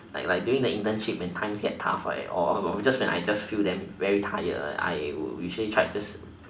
like like during the internship when times get tough right or when just I feel really tired usually I just